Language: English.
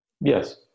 Yes